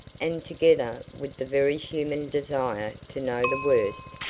and together with the very human desire to know the worst,